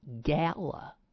Gala